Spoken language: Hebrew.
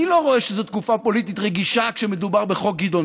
אני לא רואה שזאת תקופה פוליטית רגישה כשמדובר ב"חוק גדעון